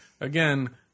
again